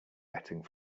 getting